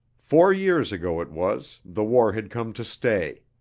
four years ago it was, the war had come to stay.